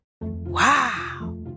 Wow